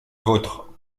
vôtre